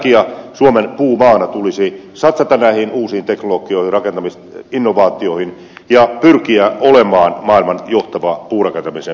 ja sen takia suomen puumaana tulisi satsata näihin uusiin teknologioihin rakentamisinnovaatioihin ja pyrkiä olemaan maailman johtava puurakentamisen maa